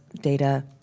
data